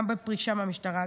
גם בפרישה מהמשטרה,